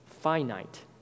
finite